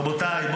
רבותיי,